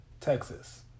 Texas